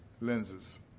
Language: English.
lenses